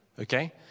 Okay